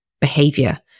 behavior